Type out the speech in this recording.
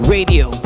Radio